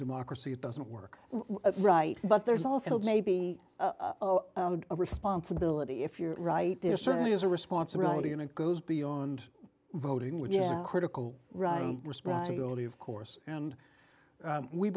democracy it doesn't work right but there's also maybe a responsibility if you're right there certainly is a responsibility and it goes beyond voting with your critical right responsibility of course and